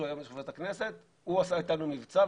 שהיום הוא יושב-ראש הכנסת הוא עשה איתנו מבצע.